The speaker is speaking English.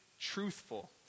truthful